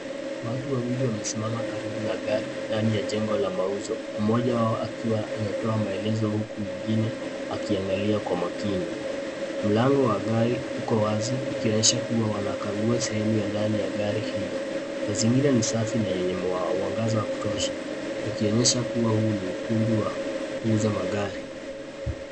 Watu wawili wamesimama karibu na gari ndani ya jengo la mauzo, mmoja wao akiwa anatoa maelezo huku mwingine akiangalia kwa makini. Mlango wa gari uko wazi, ikionyesha kuwa wanakagua sehemu ya ndani ya gari hilo. Mazingira ni safi na yenye mwangaza wa kutosha, ikionyesha kuwa huu ni ukumbi wa kuuza magari.